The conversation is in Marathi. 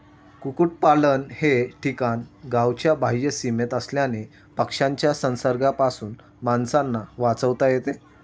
कुक्पाकुटलन हे ठिकाण गावाच्या बाह्य सीमेत असल्याने पक्ष्यांच्या संसर्गापासून माणसांना वाचवता येते